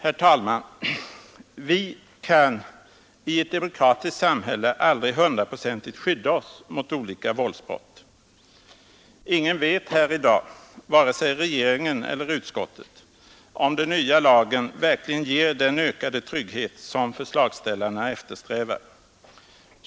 Herr talman, vi kan i ett demokratiskt samhälle aldrig hundraprocentigt skydda oss mot olika våldsbrott. Ingen vet här i dag, vare sig regeringen eller utskottet, om den nya lagen verkligen ger den ökade trygghet som förslagsställarna eftersträvar.